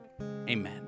Amen